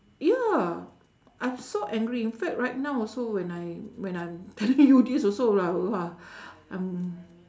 ya I was so angry in fact right now also when I when I'm telling you this also lah I'm